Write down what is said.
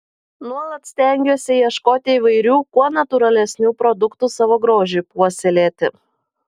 nuolat stengiuosi ieškoti įvairių kuo natūralesnių produktų savo grožiui puoselėti